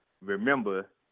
remember